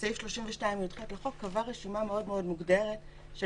סעיף 32יח לחוק קבע רשימה מאוד מאוד מוגדרת של